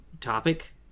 topic